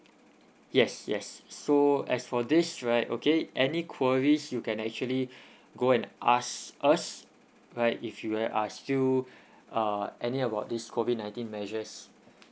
yes yes so as for this right okay any queries you can actually go and ask us right if you would like to ask still uh any about this COVID nineteen measures